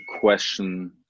question